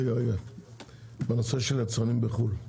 רגע, בנושא של היצרנים בחו"ל,